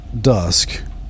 dusk